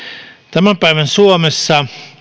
tämän päivän suomessa